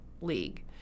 League